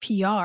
PR